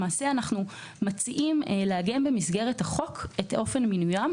למעשה אנחנו מציעים לעגן במסגרת החוק את אופן מינויים,